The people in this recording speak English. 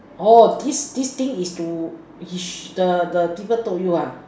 oh this this thing is to is the the people told you ah